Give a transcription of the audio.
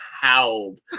howled